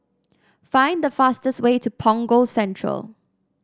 find the fastest way to Punggol Central